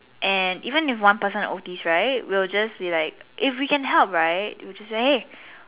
and even if one person O_T right we'll just be like if we can help right we'll just say hey